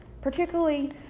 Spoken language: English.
particularly